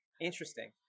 interesting